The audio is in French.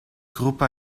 groupe